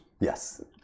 Yes